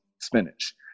spinach